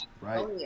Right